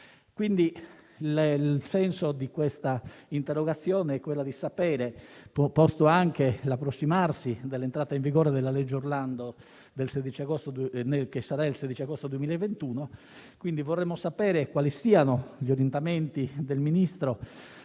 Quindi, il senso di questa interrogazione è sapere, posto anche l'approssimarsi dall'entrata in vigore della legge Orlando (sarà il 16 agosto 2021), quali siano gli orientamenti del Ministro